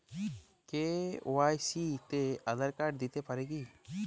KYC তে Aadhaar card দিতে পারি কি?